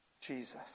Jesus